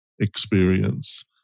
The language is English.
experience